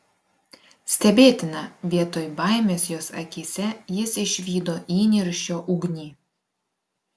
stebėtina vietoj baimės jos akyse jis išvydo įniršio ugnį